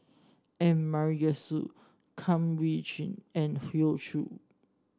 M Kum Chee Kin and Hoey Choo